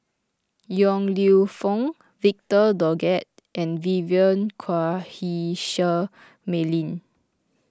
Yong Lew Foong Victor Doggett and Vivien Quahe Seah Mei Lin